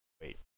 wait